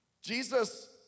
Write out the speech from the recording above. Jesus